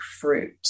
fruit